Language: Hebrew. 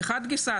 מחד-גיסא,